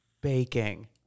baking